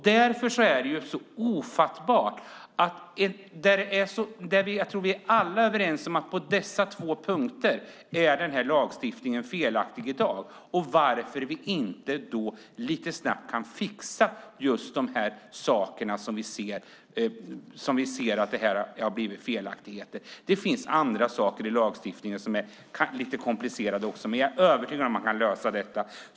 Därför är detta så ofattbart. Jag tror att vi alla är överens om att på dessa två punkter är lagstiftningen felaktig i dag. Varför kan vi då inte lite snabbt fixa det som vi ser har blivit felaktigt? Det finns andra saker i lagstiftningen som är lite komplicerade, men jag är övertygad om att man kan lösa detta.